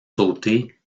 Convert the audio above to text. sauté